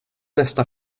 nästa